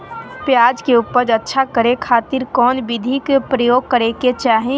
प्याज के उपज अच्छा करे खातिर कौन विधि के प्रयोग करे के चाही?